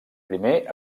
primer